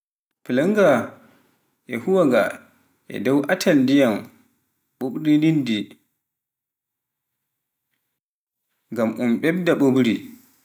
Pulungawaa e huuwiraa dow ɓuuɓri ɓuuɓndi ngam ɓeyda ɓuuɓri